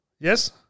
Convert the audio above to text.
Yes